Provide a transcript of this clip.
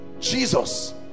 Jesus